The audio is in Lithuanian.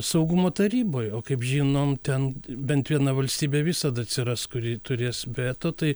saugumo taryboj o kaip žinom ten bent viena valstybė visada atsiras kuri turės veto tai